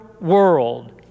world